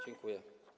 Dziękuję.